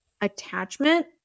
attachment